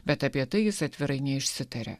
bet apie tai jis atvirai neišsitarė